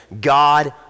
God